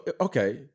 okay